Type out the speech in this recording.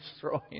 throwing